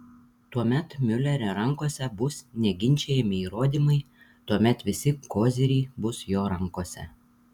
tuomet miulerio rankose bus neginčijami įrodymai tuomet visi koziriai bus jo rankose